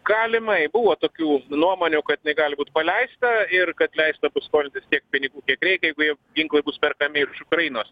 galima i buvo tokių nuomonių kad jinai gali būt paleista ir kad leista bus skolintis tiek pinigų kiek reikia jeigu jau ginklai bus perkami iš ukrainos